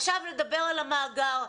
עכשיו נדבר על המאגר.